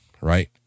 right